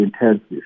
intensive